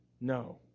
No